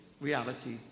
reality